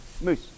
Moose